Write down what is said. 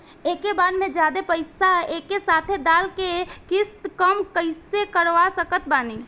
एके बार मे जादे पईसा एके साथे डाल के किश्त कम कैसे करवा सकत बानी?